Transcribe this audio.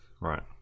Right